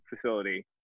facility